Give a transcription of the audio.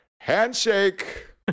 handshake